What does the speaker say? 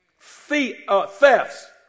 thefts